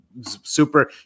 super